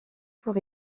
pour